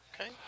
Okay